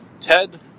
Ted